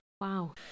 Wow